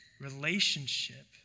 relationship